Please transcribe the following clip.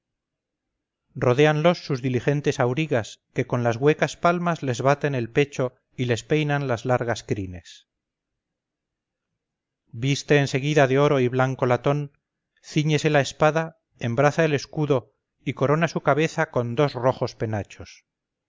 auras rodéanlos sus diligentes aurigas que con las huecas palmas les baten el pecho y les peinan las largas crines viste en seguida de oro y blanco latón cíñese la espada embraza el escudo y corona su cabeza con dos rojos penachos